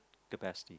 capacity